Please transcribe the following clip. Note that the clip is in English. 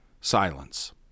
silence